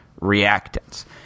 reactants